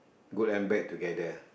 good and bad together